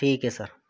ठीक आहे सर